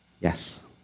Yes